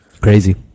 crazy